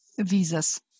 visas